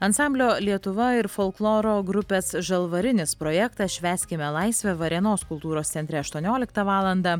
ansamblio lietuva ir folkloro grupės žalvarinis projektą švęskime laisvę varėnos kultūros centre aštuonioliktą valandą